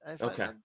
Okay